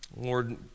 Lord